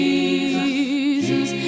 Jesus